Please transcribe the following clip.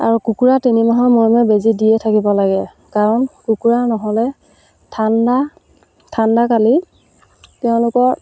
আৰু কুকুৰা তিনিমাহৰ মূৰে মূৰে বেজী দিয়ে থাকিব লাগে কাৰণ কুকুৰা নহ'লে ঠাণ্ডা ঠাণ্ডাকালি তেওঁলোকৰ